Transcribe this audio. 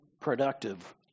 productive